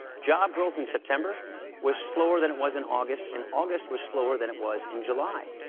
job growth in september was slower than it was in august, and august was slower than it was in july.